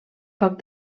poc